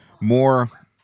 more